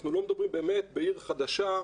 אנחנו לא מדברים בעיר חדשה,